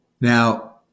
Now